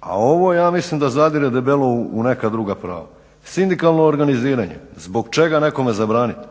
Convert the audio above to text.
a ovo ja mislim da zadire debelo u neka druga prava. Sindikalno organiziranje, zbog čega nekome zabraniti?